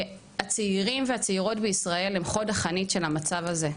הצעירים והצעירות בישראל הם חוד החנית של המצב הזה.